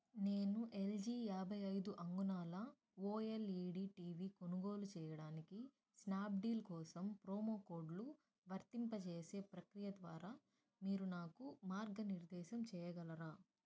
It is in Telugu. నేను ఎల్జి యాభై ఐదు అంగుళాలు ఓఎల్ఈడీ టీవీ కొనుగోలు చేయడానికి స్నాప్డీల్ కోసం ప్రోమో కోడ్లు వర్తింపజేసే ప్రక్రియ ద్వారా మీరు నాకు మార్గనిర్దేశం చేయగలరా